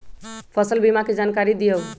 फसल बीमा के जानकारी दिअऊ?